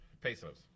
Pesos